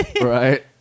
Right